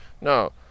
No